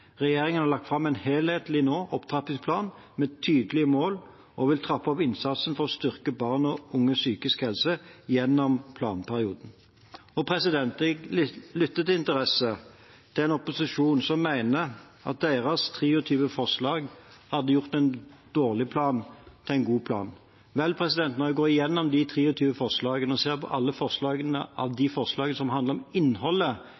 Regjeringen har nå lagt fram en helhetlig opptrappingsplan med tydelige mål og vil trappe opp innsatsen for å styrke barn og unges psykiske helse gjennom planperioden. Jeg lyttet med interesse til en opposisjon som mener at deres 23 forslag hadde gjort en dårlig plan til en god plan. Vel, når jeg går gjennom de 23 forslagene og ser på alle de som handler om innholdet